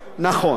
תודה.